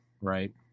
right